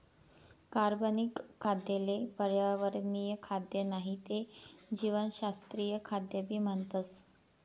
कार्बनिक खाद्य ले पर्यावरणीय खाद्य नाही ते जीवशास्त्रीय खाद्य भी म्हणतस